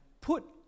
put